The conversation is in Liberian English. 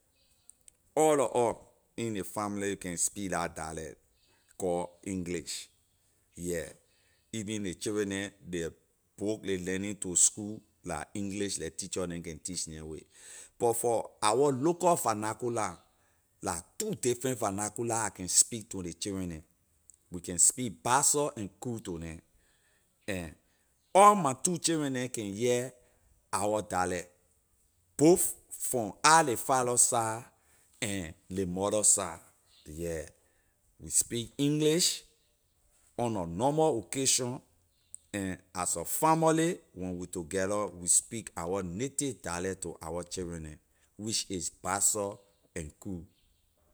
All lor all in ley family can speak la dialect call english yeah even ley children neh book ley learning to school la english leh teacher neh can teach neh with but for our local vernacular la two different vernacular I can speak to ley children neh we can speak bassa and kru to neh and all my two children neh can hear our dialect both from I ley father side and ley mother side yeah we speak english on nor normal occasion and as a famorly when we together we speak our native dialect to our children neh which is bassa and kru.